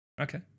okay